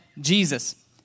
Jesus